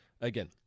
Again